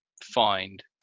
Find